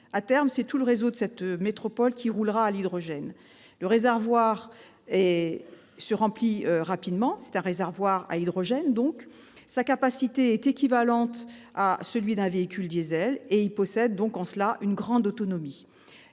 À terme, c'est tout le réseau de cette métropole qui roulera à l'hydrogène. Le réservoir se remplit rapidement- c'est un réservoir à hydrogène. Sa capacité est équivalente à celle d'un véhicule diesel, et il possède donc en cela une grande autonomie.